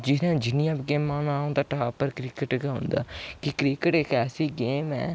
इसलै जिन्नियां गेमां न औंदा टाॅप पर क्रिकेट गै औंदा कि क्रिकेट इक ऐसी गेम ऐ